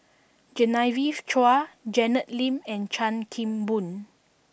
Genevieve Chua Janet Lim and Chan Kim Boon